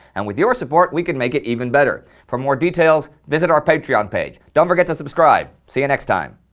and with your support we could make it even better. for more details visit our patreon page. don't forget to subscribe. see you next time.